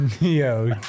Yo